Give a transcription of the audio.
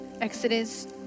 Exodus